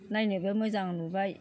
नायनोबो मोजां नुबाय